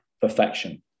perfection